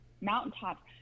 mountaintops